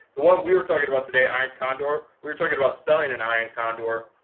the one we were talking about today, iron condor we were talking about selling an iron condor.